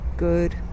good